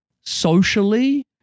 socially